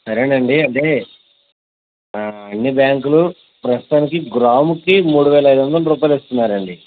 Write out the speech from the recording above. సరే అండి అదే అన్ని బ్యాంకులు ప్రస్తుతానికి గ్రాముకి మూడువేల ఐదు వందలు రూపాయలు ఇస్తున్నారు అండి